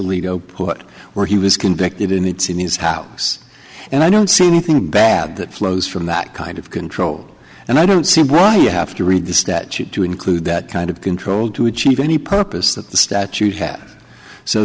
alito put where he was convicted and it's in his house and i don't see anything bad that flows from that kind of control and i don't see why you have to read the statute to include that kind of control to achieve any purpose that the statute had so